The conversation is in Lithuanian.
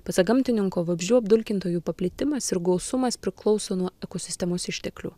pasak gamtininko vabzdžių apdulkintojų paplitimas ir gausumas priklauso nuo ekosistemos išteklių